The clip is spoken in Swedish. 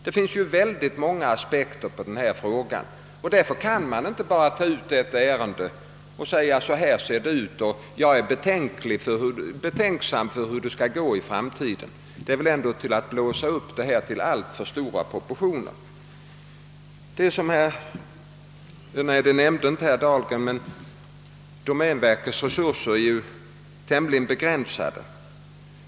Det finns oerhört många aspekter på denna fråga, och därför kan man inte bara ta ut ett ärende och säga: »Så här ser det ut, och jag är betänksam inför hur det skall gå i framtiden.» Det är ändå att blåsa upp saken till alltför stora proportioner. Herr Dahlgren nämnde inte att domänverkets resurser är tämligen begränsade.